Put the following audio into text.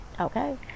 okay